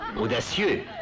Audacieux